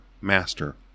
Master